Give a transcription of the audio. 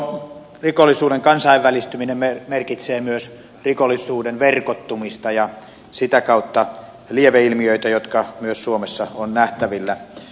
tuo rikollisuuden kansainvälistyminen merkitsee myös rikollisuuden verkottumista ja sitä kautta lieveilmiöitä jotka myös suomessa ovat nähtävillä